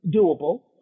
doable